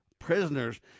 prisoners